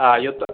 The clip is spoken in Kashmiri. آ یوٚتَتھ